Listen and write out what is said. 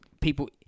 people